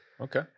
Okay